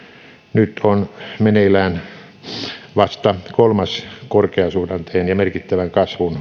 nyt on meneillään vasta kolmas korkeasuhdanteen ja merkittävän kasvun